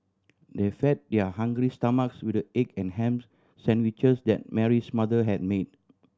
they fed their hungry stomachs with the egg and ham sandwiches that Mary's mother had made